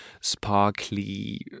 sparkly